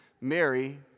Mary